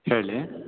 ಹೇಳಿ